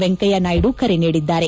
ವೆಂಕಯ್ಲನಾಯ್ದು ಕರೆ ನೀಡಿದ್ದಾರೆ